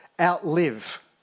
Outlive